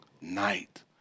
night